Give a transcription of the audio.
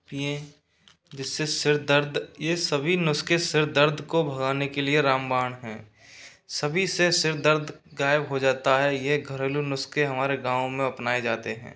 पिएं जिससे सिर दर्द ये सभी नुस्खे सिरदर्द दर्द को भागने के लिए रामबाण है सभी से सिरदर्द गायब हो जाता है ये घरेलु नुस्खे हमारे गाँव में अपनाए जाते हैं